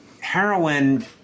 heroin